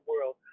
world